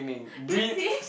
you see